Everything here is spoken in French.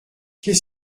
qu’est